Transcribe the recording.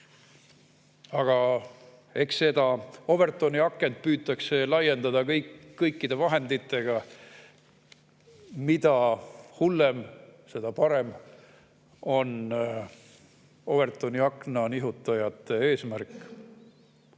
Aga eks seda Overtoni akent püütakse laiendada kõikide vahenditega. Mida hullem, seda parem – selline on Overtoni akna nihutajate eesmärk.